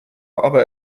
aber